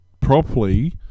properly